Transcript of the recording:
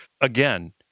again